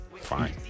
fine